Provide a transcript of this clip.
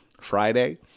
Friday